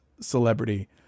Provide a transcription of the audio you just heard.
celebrity